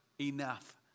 enough